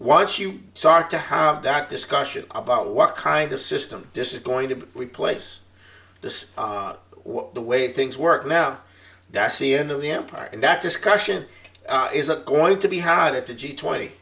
once you start to have that discussion about what kind of system this is going to replace this what the way things work now that's the end of the empire and that discussion isn't going to be had at the g twenty